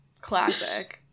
classic